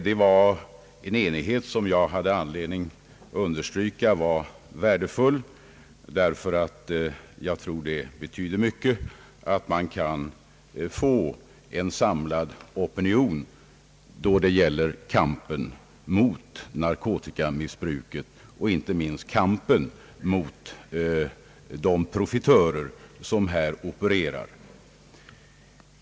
Jag hade anledning understryka att denna enighet var värdefull därför att jag tror att det betyder mycket att man kan få en samlad opinion då det gäller kampen mot narkotikamissbruket och inte minst kampen mot de profitörer som opererar.